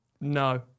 No